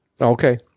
Okay